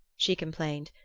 she complained.